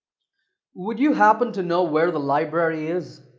would you happen to know where the library is?